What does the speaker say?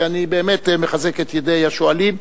ואני באמת מחזק את ידי השואלים,